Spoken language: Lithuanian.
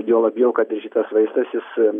juo labiau kad ir šitas vaistas jis